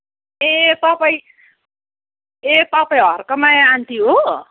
ए तपाईँ ए तपाईँ हर्कमाया आन्टी हो